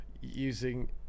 using